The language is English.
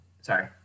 Sorry